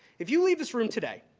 if you leave this room today,